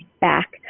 back